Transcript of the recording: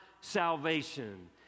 salvation